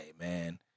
man